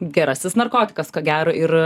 gerasis narkotikas ko gero ir